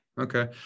Okay